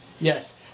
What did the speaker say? Yes